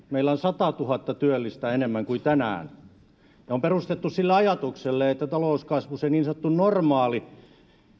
meillä on satatuhatta työllistä enemmän kuin tänään ja on perustettu sille ajatukselle että talouskasvussa se niin sanottu normaali